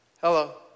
Hello